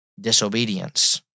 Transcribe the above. Disobedience